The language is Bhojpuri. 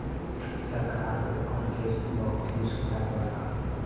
सरकार ओगन के बहुत सी सुविधा देवला